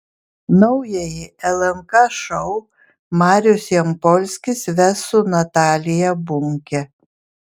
naująjį lnk šou marius jampolskis ves su natalija bunke